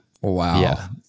Wow